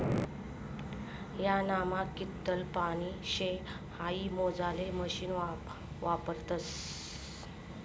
ह्यानामा कितलं पानी शे हाई मोजाले मशीन वापरतस